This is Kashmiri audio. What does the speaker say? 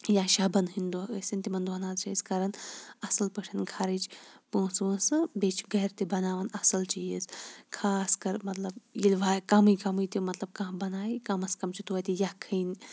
یا شَبَن ہٕنٛدۍ دۄہ ٲسِنۍ تِمَن دۄہَن حٕظ چھِ أسۍ کَران اصل پٲٹھۍ خرٕچ پونٛسہٕ وونٛسہٕ بیٚیہِ چھِ گَرِ تہِ بَناوان اصل چیٖز خاص کَر مَطلَب ییٚلہِ وا کمٕے کمٕے تِہ کانٛہہ بَنایہِ کَمَس کَم چھِ توتہِ یَکھٕنۍ